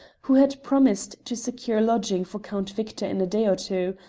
who had promised to secure lodging for count victor in a day or two,